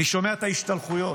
אני שומע את ההשתלחויות